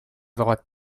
droite